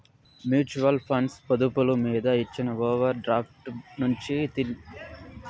mutual funds పొదుపులు మీద ఇచ్చిన ఓవర్ డ్రాఫ్టు నుంచి తీసుకున్న దుడ్డు వివరాలు తెల్సుకోవచ్చు